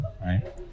right